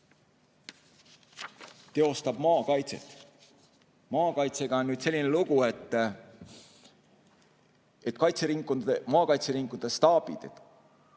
teostab maakaitset. Maakaitsega on selline lugu, et maakaitseringkondade staapidesse